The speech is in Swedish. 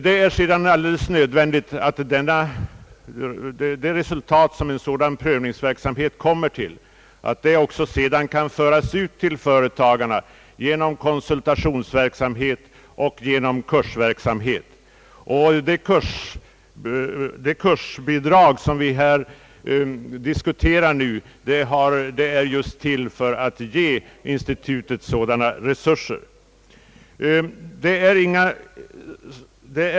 Det är nödvändigt att de resultaten av en sådan provningsverksamhet också kan föras ut till företagarna genom konsultationsoch kursverksamhet. Det kursbidrag som vi nu diskuterar har just tillkommit för att ge institutet sådana resurser.